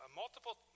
multiple